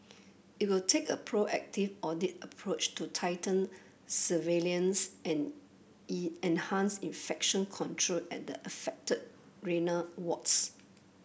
it will take a proactive audit approach to tighten surveillance and an infection control at the affected renal wards